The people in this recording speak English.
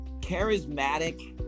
charismatic